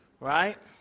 right